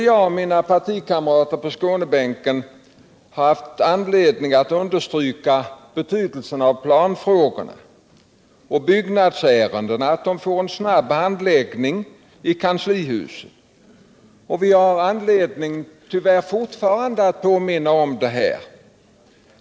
Jag och mina partikamrater på Skånebänken har haft anledning att understryka betydelsen av att planfrågorna och byggnadsärendena får en snabb handläggning i kanslihuset. Vi har tyvärr fortfarande anledning att påminna om detta.